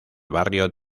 barrio